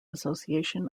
association